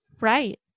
Right